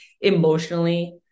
emotionally